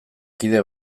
kide